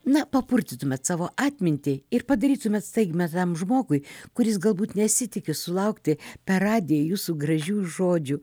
na papurtytumėt savo atmintį ir padarytumėt staigmeną žmogui kuris galbūt nesitiki sulaukti per radiją jūsų gražių žodžių